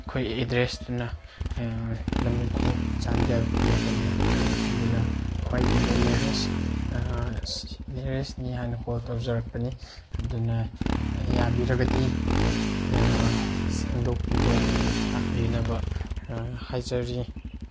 ꯑꯩꯈꯣꯏ ꯑꯦꯗꯗ꯭ꯔꯦꯁꯇꯨꯅ ꯂꯩꯃꯈꯨ ꯆꯥꯟꯗꯦꯜ ꯄꯤ ꯑꯣ ꯄꯂꯦꯜ ꯑꯗꯨꯅ ꯈ꯭ꯋꯥꯏꯗꯒꯤ ꯅꯤꯌꯥꯔꯦꯁ ꯅꯤꯌꯥꯔꯅꯦꯁꯅꯤ ꯍꯥꯏꯅ ꯀꯣꯜ ꯇꯧꯖꯔꯛꯄꯅꯤ ꯑꯗꯨꯅ ꯌꯥꯕꯤꯔꯒꯗꯤ ꯁꯦꯡꯗꯣꯛꯄꯤꯕ ꯂꯥꯛꯄꯤꯅꯕ ꯍꯥꯏꯖꯔꯤ